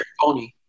pony